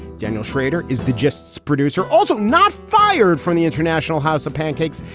daniel schrader is the justs producer, also not fired from the international house of pancakes.